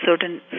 certain